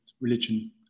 religion